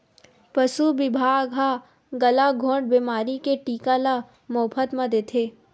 पसु बिभाग ह गलाघोंट बेमारी के टीका ल मोफत म देथे